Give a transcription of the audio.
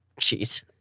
Jeez